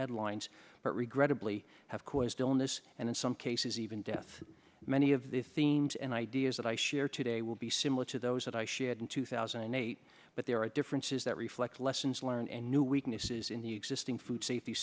headlines but regrettably have caused illness and in some cases even death many of the themes and ideas that i share today will be similar to those that i shed in two thousand and eight but there are differences that reflect lessons learned and new weaknesses in the existing food safety